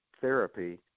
therapy